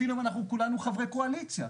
אפילו אנחנו כולנו חברי קואליציה,